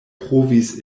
provis